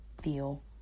feel